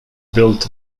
built